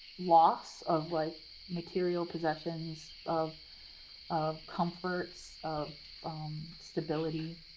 loss of like material possessions, of of comforts, of um stability.